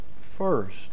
first